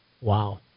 Wow